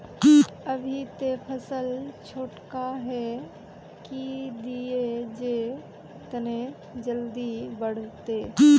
अभी ते फसल छोटका है की दिये जे तने जल्दी बढ़ते?